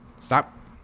stop